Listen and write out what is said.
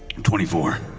twenty four.